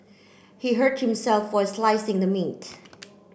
he hurt himself while slicing the meat